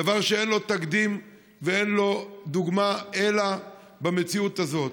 דבר שאין לו תקדים ואין לו דוגמה אלא במציאות הזאת.